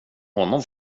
honom